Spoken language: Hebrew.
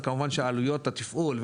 וכמובן שעלויות התפעול,